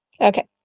okay